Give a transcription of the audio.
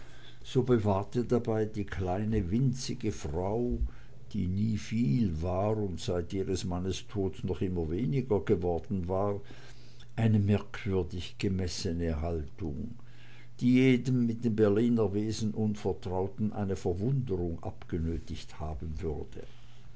so bewahrte dabei die kleine winzige frau die nie viel war und seit ihres mannes tode noch immer weniger geworden war eine merkwürdig gemessene haltung die jedem mit dem berliner wesen unvertrauten eine verwunderung abgenötigt haben würde